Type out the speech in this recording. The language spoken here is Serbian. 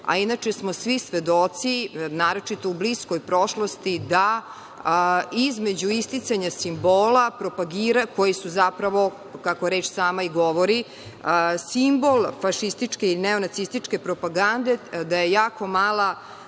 a inače smo svi svedoci, naročito u bliskoj prošlosti da između isticanja simbola propagira zapravo, kao reč sam i govori, simbol fašističke i neonacističke propagande, gde je jako mala